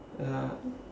ya